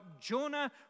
Jonah